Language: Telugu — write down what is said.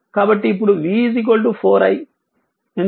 కాబట్టి ఇప్పుడు v 4i